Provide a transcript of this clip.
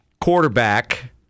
quarterback